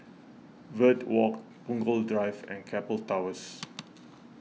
Verde Walk Punggol Drive and Keppel Towers